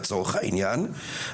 לצורך העניין,